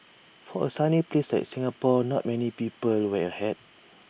for A sunny place like Singapore not many people wear A hat